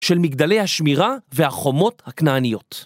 של מגדלי השמירה והחומות הכנעניות.